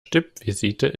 stippvisite